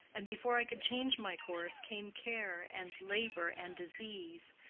and before i could change my course came care and labor and disease,